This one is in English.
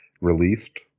released